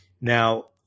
Now